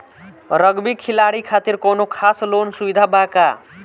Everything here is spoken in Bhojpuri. रग्बी खिलाड़ी खातिर कौनो खास लोन सुविधा बा का?